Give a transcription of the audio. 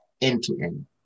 end-to-end